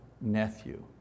nephew